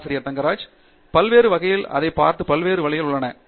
பேராசிரியர் ஆண்ட்ரூ தங்கராஜ் பல்வேறு வகையாக அதை பார்த்து பல்வேறு வழிகள் உள்ளன